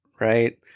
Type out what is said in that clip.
Right